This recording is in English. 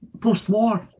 post-war